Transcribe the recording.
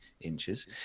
inches